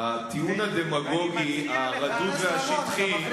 הטיעון הדמגוגי הרדוד והשטחי,